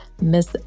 Miss